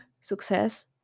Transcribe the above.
success